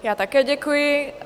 Já také děkuji.